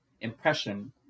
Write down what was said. impression